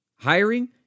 Hiring